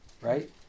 right